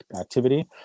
activity